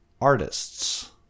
artists